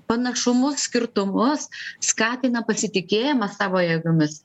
panašumus skirtumus skatina pasitikėjimą savo jėgomis